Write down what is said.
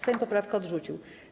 Sejm poprawkę odrzucił.